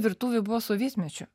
virtuvė buvo sovietmečiu